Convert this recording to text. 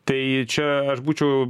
tai čia aš būčiau